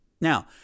Now